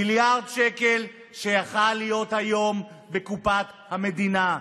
מיליארד שקל שהיו יכולים להיות היום בקופת המדינה.